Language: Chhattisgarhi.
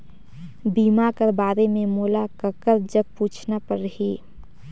बीमा कर बारे मे मोला ककर जग पूछना परही?